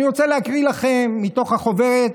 אני רוצה להקריא לכם מתוך החוברת